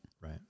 right